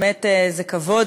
זה כבוד,